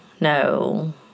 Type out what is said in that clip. no